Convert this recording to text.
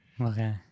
Okay